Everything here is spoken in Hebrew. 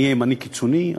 אני אהיה ימני קיצוני,